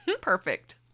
Perfect